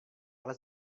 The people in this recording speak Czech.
ale